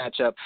matchup